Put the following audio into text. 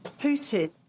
Putin